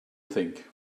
think